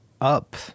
up